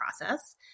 process